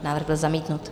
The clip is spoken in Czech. Návrh byl zamítnut.